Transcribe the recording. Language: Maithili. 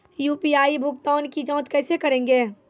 यु.पी.आई भुगतान की जाँच कैसे करेंगे?